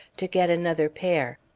to get another pair.